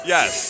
Yes